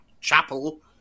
chapel